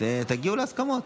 תגיעו להסכמות.